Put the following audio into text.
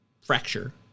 fracture